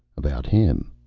about him.